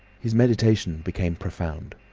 his meditation became profound.